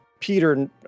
Peter